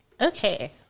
Okay